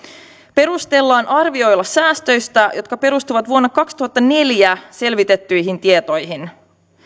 perustellaan arvioilla säästöistä jotka perustuvat vuonna kaksituhattaneljä selvitettyihin tietoihin